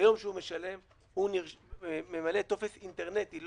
ביום שהוא משלם, הוא ממלא טופס אינטרנטי,